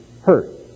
hurt